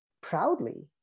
proudly